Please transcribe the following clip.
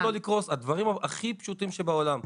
איך לא לקרוס, הדברים הכי פשוטים בעולם.